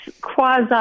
quasi